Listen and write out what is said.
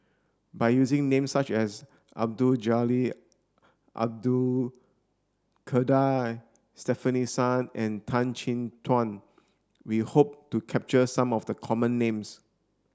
by using names such as Abdul Jalil Abdul Kadir Stefanie Sun and Tan Chin Tuan we hope to capture some of the common names